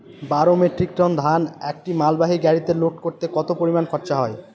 বারো metric ton ধান একটি মালবাহী গাড়িতে লোড করতে কতো পরিমাণ খরচা হয়?